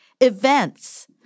events